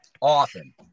Often